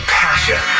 passion